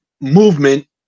movement